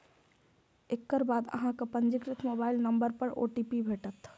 एकर बाद अहांक पंजीकृत मोबाइल नंबर पर ओ.टी.पी भेटत